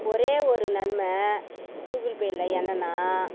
ஒரே ஒரு நன்மை கூகுள் பே பி என்னென்னா